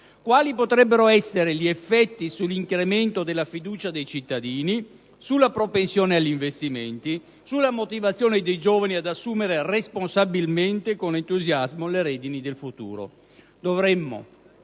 quali potrebbero essere gli effetti sull'incremento della fiducia dei cittadini, sulla propensione agli investimenti, sulla motivazione dei giovani ad assumere responsabilmente e con entusiasmo le redini del futuro. Dovremmo